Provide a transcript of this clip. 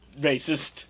racist